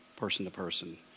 person-to-person